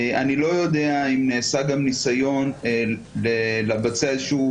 אני לא יודע אם נעשה גם ניסיון לבצע איזשהו